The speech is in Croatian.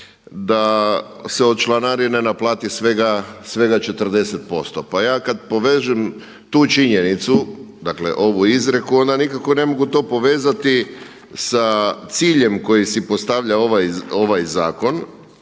da se od članarine naplati svega 40%. Pa ja kad povežem tu činjenicu, dakle ovu izreku, onda nikako ne mogu to povezati sa ciljem koji si postavlja ovaj zakon,